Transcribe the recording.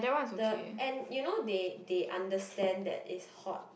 the end you know they they understand that it's hot